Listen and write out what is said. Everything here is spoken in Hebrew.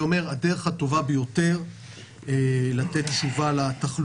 הדרך הטובה ביותר לתת תשובה לתחלואה,